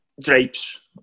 Drapes